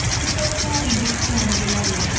you can imagine the scorn of elijah,